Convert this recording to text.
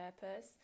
purpose